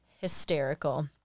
hysterical